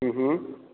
हुँ हुँ